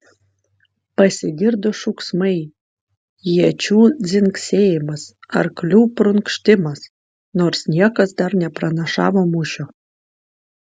pasigirdo šūksmai iečių dzingsėjimas arklių prunkštimas nors niekas dar nepranašavo mūšio